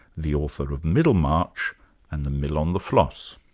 the author of middlemarch and the mill on the floss.